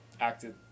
acted